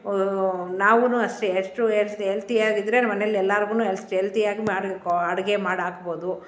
ನಾವೂ ಅಷ್ಟೆ ಎಷ್ಟು ಹೆಲ್ತ್ ಹೆಲ್ತಿಯಾಗಿದ್ದರೆ ಮನೆಲಿ ಎಲ್ಲಾರ್ಗು ಅಷ್ಟು ಹೆಲ್ತಿಯಾಗಿ ಮಾಡ್ಬೇಕೊ ಅಡಿಗೆ ಮಾಡಾಕಬೌದು